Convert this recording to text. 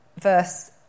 verse